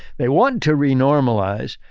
they want to re normalize,